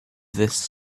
this